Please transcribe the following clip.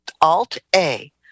Alt-A